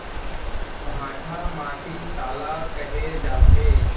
भांटा माटी काला कहे जाथे?